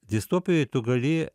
distopijoj tu gali